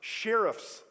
sheriffs